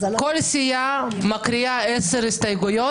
כל סיעה מקריאה עשר הסתייגויות